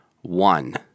one